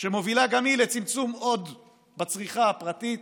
שמובילה גם היא לעוד צמצום בצריכה הפרטית,